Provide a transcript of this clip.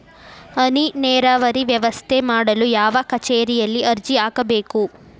ಹನಿ ನೇರಾವರಿ ವ್ಯವಸ್ಥೆ ಮಾಡಲು ಯಾವ ಕಚೇರಿಯಲ್ಲಿ ಅರ್ಜಿ ಹಾಕಬೇಕು?